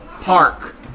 Park